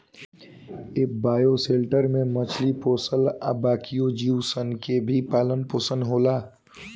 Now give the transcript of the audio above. ए bioshelter में मछली पोसल आ बाकिओ जीव सन के भी पालन पोसन होखेला